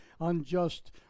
unjust